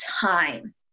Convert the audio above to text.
time